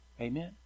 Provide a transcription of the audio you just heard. Amen